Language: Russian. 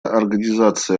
организация